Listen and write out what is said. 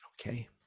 Okay